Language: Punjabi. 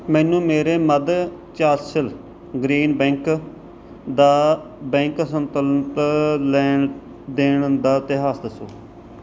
ਮੈਨੂੰ ਮੇਰੇ ਮੱਧਯਾਂਚਲ ਗ੍ਰਾਮੀਣ ਬੈਂਕ ਦਾ ਬੈਂਕ ਸੰਤੁਲਨ ਅਤੇ ਲੈਣ ਦੇਣ ਦਾ ਇਤਿਹਾਸ ਦੱਸੋ